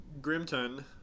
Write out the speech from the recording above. Grimton